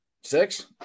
six